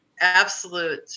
absolute